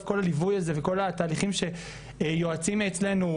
כל הליווי הזה וכל התהליכים שיועצים מאצלינו,